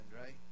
right